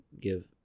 give